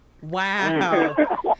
Wow